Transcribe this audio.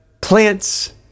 ...plants